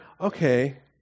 okay